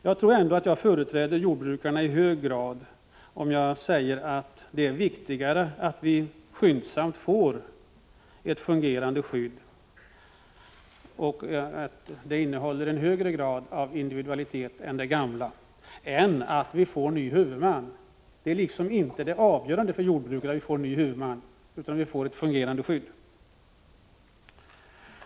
Jag tror ändå att jag i hög grad företräder jordbrukarna om jag säger att det är viktigare att vi skyndsamt får ett fungerande skydd med högre grad av individualitet än det gamla än att vi får en ny huvudman för skyddet. Det avgörande för jordbrukarna är ju inte en ny huvudman utan ett fungerande skydd.